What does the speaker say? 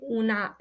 una